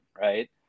right